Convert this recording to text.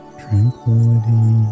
tranquility